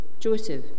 Joseph